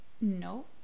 no